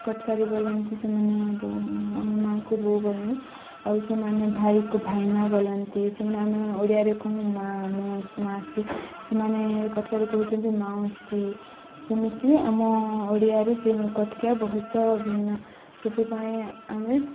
କଟକାରୀ ବୋଲନ୍ତି ସେମାନେ ବୋ ଆମେ ମାଆକୁ ବୋଉ ବୋଲନ୍ତି ଆଉ ସେମାନେ ଭାଇକୁ ଭାଇନା ବୋଲନ୍ତି ସେମାନେ ଆମେ ଓଡ଼ିଆରେ କହୁ ମାଆ ମଉସୀ ମାସୀ ସେମାନେ କଟକାରୀ କହୁଛନ୍ତି ମାଉସୀ ସେମିତି ଆମ ଓଡ଼ିଆରୁ ସେ କଟିକିଆ ବହୁତ ଭିନ୍ନ ସେଥିପାଇଁ ଆମେ